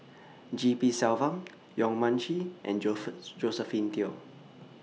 G P Selvam Yong Mun Chee and Josephine Teo